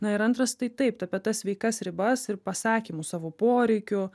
na ir antras tai taip apie tas sveikas ribas ir pasakymu savo poreikių